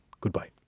Goodbye